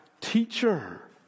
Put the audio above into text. teacher